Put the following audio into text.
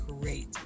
great